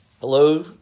Hello